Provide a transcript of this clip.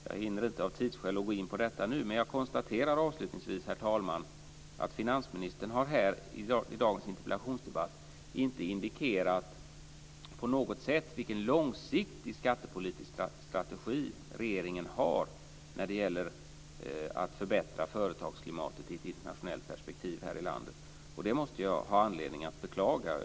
Jag hinner inte av tidsskäl att gå in på dem nu, men jag konstaterar avslutningsvis, herr talman, att finansministern i dagens interpellationsdebatt inte på något sätt har indikerat vilken långsiktig skattepolitisk strategi regeringen har när det gäller att förbättra företagsklimatet i ett internationellt perspektiv. Jag har anledning att beklaga det.